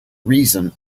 reason